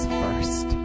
first